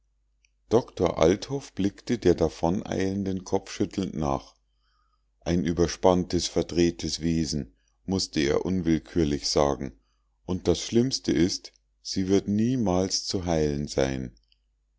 doktor althoff blickte der davoneilenden kopfschüttelnd nach ein überspanntes verdrehtes wesen mußte er unwillkürlich sagen und das schlimmste ist sie wird niemals zu heilen sein